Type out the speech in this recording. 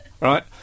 right